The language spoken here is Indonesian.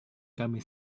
kami